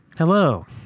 Hello